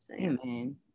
Amen